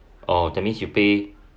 oh that means you pay